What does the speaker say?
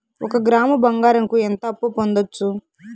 ఒక గ్రాము బంగారంకు ఎంత అప్పు పొందొచ్చు